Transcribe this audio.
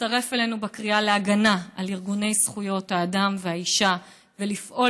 להצטרף אלינו בקריאה להגנה על ארגוני זכויות האדם והאישה ולפעול